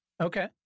Okay